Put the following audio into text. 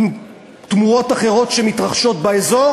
עם תמורות אחרות שמתרחשות באזור,